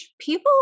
People